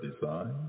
design